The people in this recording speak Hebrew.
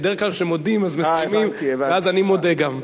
בדרך כלל כשמודים מסיימים, ואז אני מודה גם.